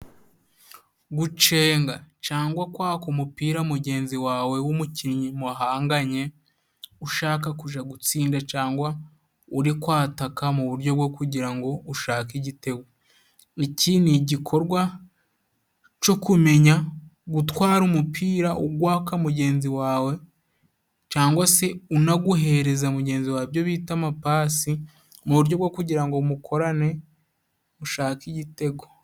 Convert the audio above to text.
Gucenga cangwa kwaka umupira mugenzi wawe w'umukinnyi muhanganye ushaka kuja gutsinda cangwa uri kwataka mu buryo bwo kugira ngo ushake igitego. Iki ni igikorwa co kumenya gutwara umupira ugwaka mugenzi wawe cangwa se unaguhereza mugenzi wawe byo bita amapasi, mu buryo bwo kugira ngo mukorane mushake igitego.